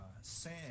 Sam